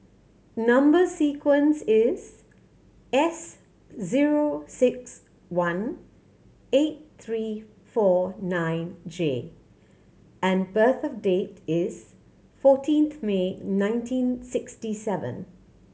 number sequence is S zero six one eight three four nine J and birth date is fourteen May nineteen sixty seven